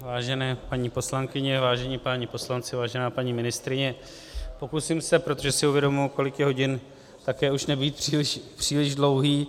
Vážené paní poslankyně, vážení páni poslanci, vážená paní ministryně, pokusím se, protože si uvědomuji, kolik je hodin, také už nebýt příliš dlouhý.